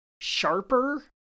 sharper